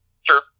Sure